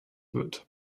wird